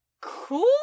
Cool